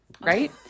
right